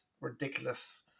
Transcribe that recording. ridiculous